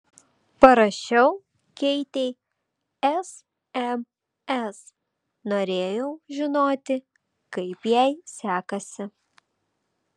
parašiau keitei sms norėjau žinoti kaip jai sekasi